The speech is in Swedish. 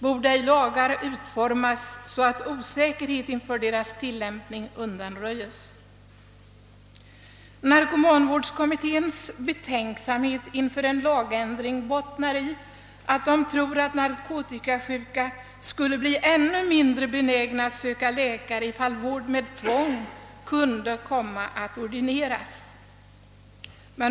Borde inte lagar utformas så att osäkerhet inför deras tillämpning undanröjes? Narkomanvårdskommitténs <:betänksamhet inför en lagändring bottnar i att man tror att de narkotikasjuka skulle bli ännu mindre benägna att söka läkare, därest vård med tvång kunde ordineras.